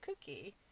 cookie